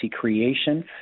creation